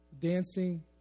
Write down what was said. dancing